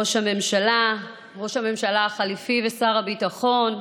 ראש הממשלה, ראש הממשלה החליפי ושר הביטחון,